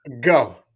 go